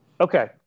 okay